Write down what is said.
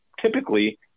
typically